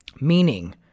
meaning